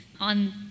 on